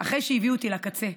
אחרי שהביאו אותי לקצה.